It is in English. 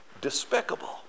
despicable